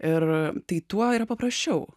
ir tai tuo yra paprasčiau